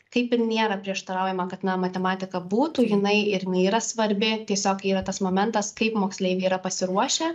kaip ir nėra prieštaraujama kad na matematika būtų jinai ir jinai yra svarbi tiesiog yra tas momentas kaip moksleiviai yra pasiruošę